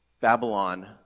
Babylon